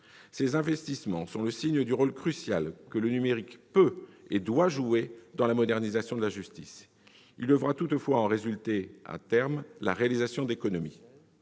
Ces investissements sont le signe du rôle crucial que le numérique peut et doit jouer dans la modernisation de la justice. Il devra toutefois en résulter, à terme, des économies.